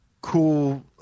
cool